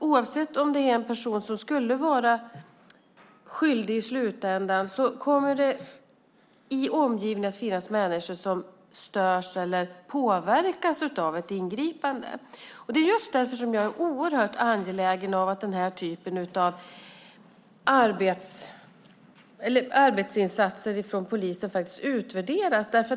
Oavsett om det är en person som skulle befinnas vara skyldig i slutänden kommer det i omgivningen att finnas människor som störs eller påverkas av ett ingripande. Det är just därför jag är oerhört angelägen om att denna typ av arbetsinsatser från polisen utvärderas.